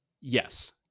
Yes